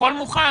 הכול מוכן